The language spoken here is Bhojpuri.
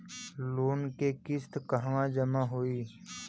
लोन के किस्त कहवा जामा होयी?